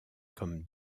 comme